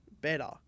better